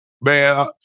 Man